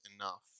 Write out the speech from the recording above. enough